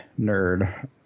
nerd